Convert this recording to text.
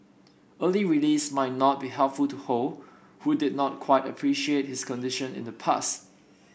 early release might not be helpful to Ho who did not quite appreciate his condition in the past